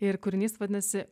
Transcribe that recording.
ir kūrinys vadinasi